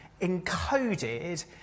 encoded